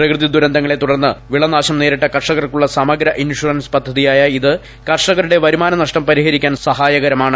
പ്രകൃതി ദുരന്തങ്ങളെ തുടർന്ന് വിളനാശം നേരിട്ട കർഷകർക്കുള്ള സമഗ്ര ഇൻഷറൻസ് പദ്ധതിയായ ഇത് കർഷകരുടെ വരുമാന നഷ്ടം പരിഹരിക്കാൻ സഹായകരമാണ്